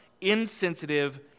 insensitive